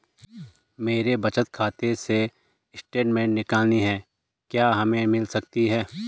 मेरे बचत खाते से स्टेटमेंट निकालनी है क्या हमें मिल सकती है?